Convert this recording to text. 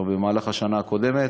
וכבר במהלך השנה הקודמת.